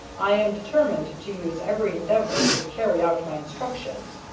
i am determined to use every endeavor to carry out my instructions.